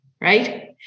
right